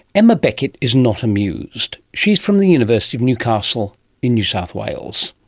emma beckett is not amused. she's from the university of newcastle in new south wales.